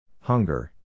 hunger